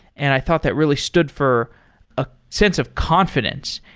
and i thought that really stood for a sense of confidence,